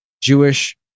Jewish